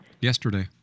Yesterday